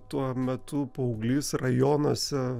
tuo metu paauglys rajonuose